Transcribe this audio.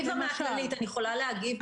ואני חושבת שחשוב כבר היום להגיע לילדים,